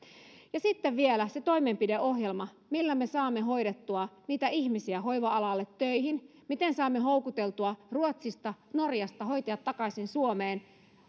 ja sitten vielä se toimenpideohjelma millä me saamme hoidettua niitä ihmisiä hoiva alalle töihin miten saamme houkuteltua ruotsista norjasta hoitajat takaisin suomeen